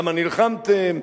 למה נלחמתם?